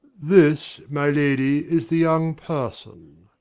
this, my lady, is the young person.